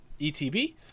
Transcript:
ETB